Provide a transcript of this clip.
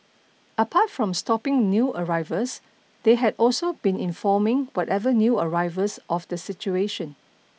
apart from stopping new arrivals they had also been informing whatever new arrivals of the situation